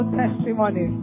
testimony